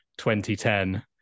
2010